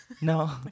no